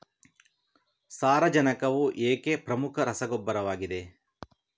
ಸಾರಜನಕವು ಏಕೆ ಪ್ರಮುಖ ರಸಗೊಬ್ಬರವಾಗಿದೆ?